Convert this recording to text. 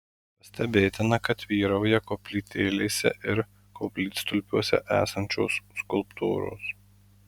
pastebėtina kad vyrauja koplytėlėse ir koplytstulpiuose esančios skulptūros